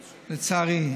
לצערי,